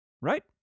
Right